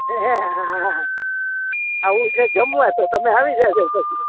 હે હા હા આવું છે જમવા તો તમે આવી જાજો પછી